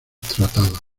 tratados